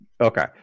Okay